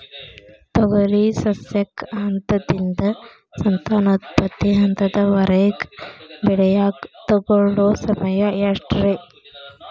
ತೊಗರಿ ಸಸ್ಯಕ ಹಂತದಿಂದ, ಸಂತಾನೋತ್ಪತ್ತಿ ಹಂತದವರೆಗ ಬೆಳೆಯಾಕ ತಗೊಳ್ಳೋ ಸಮಯ ಎಷ್ಟರೇ?